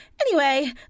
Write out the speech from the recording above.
Anyway